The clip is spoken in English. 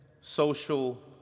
social